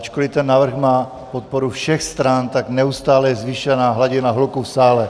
Ačkoliv ten návrh má podporu všech stran, tak neustále je zvýšená hladina hluku v sále.